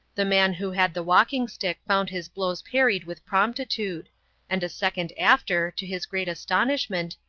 the man who had the walking-stick found his blows parried with promptitude and a second after, to his great astonishment,